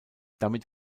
damit